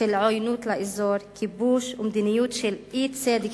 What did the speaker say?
של עוינות לאזור, של כיבוש ומדיניות של אי-צדק